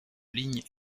ligne